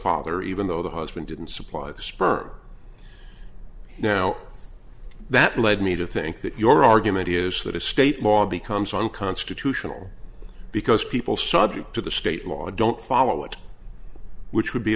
father even though the husband didn't supply the sperm now that led me to think that your argument is that a state law becomes unconstitutional because people subject to the state law don't follow it which would be